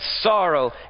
sorrow